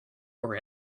for